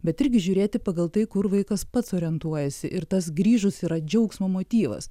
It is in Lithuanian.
bet irgi žiūrėti pagal tai kur vaikas pats orientuojasi ir tas grįžus yra džiaugsmo motyvas